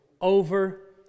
over